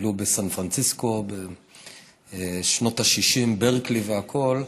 גדלו בסן פרנסיסקו בשנות ה-60, ברקלי והכול.